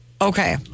okay